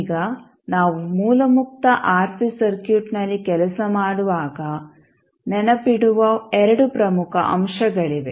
ಈಗ ನಾವು ಮೂಲ ಮುಕ್ತ ಆರ್ಸಿ ಸರ್ಕ್ಯೂಟ್ನಲ್ಲಿ ಕೆಲಸ ಮಾಡುವಾಗ ನೆನಪಿಡುವ ಎರಡು ಪ್ರಮುಖ ಅಂಶಗಳಿವೆ